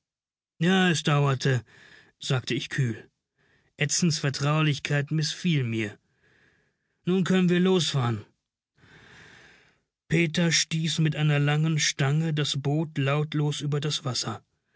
ja es dauerte sagte ich kühl edsens vertraulichkeit mißfiel mir nun können wir losfahren peter stieß mit einer langen stange das boot lautlos über das wasser